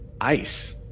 Ice